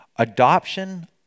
Adoption